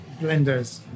blenders